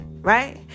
Right